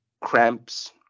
cramps